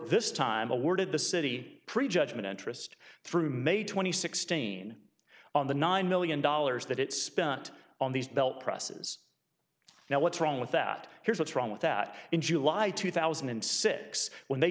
this time awarded the city pre judgment interest through may twenty sixteen on the nine million dollars that it spent on these bell prices now what's wrong with that here's what's wrong with that in july two thousand and six when they